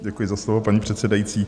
Děkuji za slovo, paní předsedající.